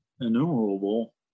innumerable